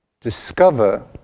discover